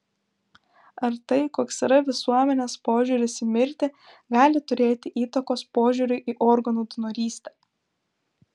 ar tai koks yra visuomenės požiūris į mirtį gali turėti įtakos požiūriui į organų donorystę